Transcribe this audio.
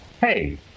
Hey